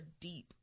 deep